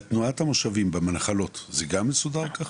בתנועת המושבים, בנחלות זה גם מסודר כך?